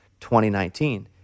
2019